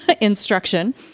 instruction